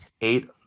eight